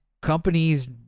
companies